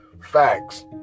Facts